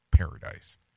Paradise